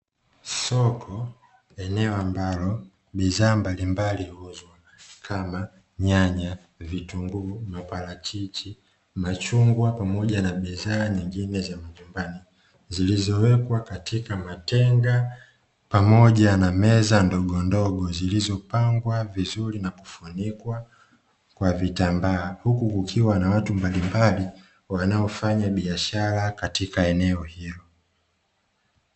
Soko, eneo ambalo bidhaa mbalimbali huuzwa kama: nyanya, vitunguu, maparachichi, machungwa pamoja na bidhaa nyingine za majumbani, zilizowekwa katika matenga pamoja na meza ndogondogo zilizopangwa vizuri na kufunikwa kwa vitambaa, huku kukiwa na watu mbalimbali wanaofanya biashara katika eneo hilo.